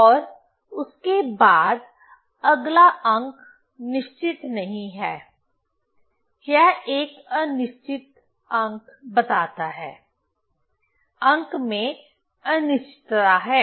और उसके बाद अगला अंक निश्चित नहीं है यह एक अनिश्चित अंक बताता है अंक में अनिश्चितता है